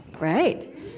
right